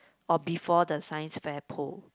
or before the Science fair pole